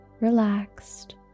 relaxed